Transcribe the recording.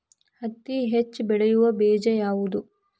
ಹತ್ತಿ ಹೆಚ್ಚ ಬೆಳೆಯುವ ಬೇಜ ಯಾವುದು?